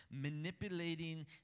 Manipulating